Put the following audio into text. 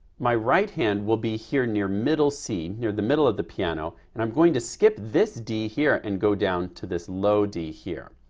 my right hand will be here near middle c, near the middle of the piano and i'm going to skip this d here and go down to this low d here.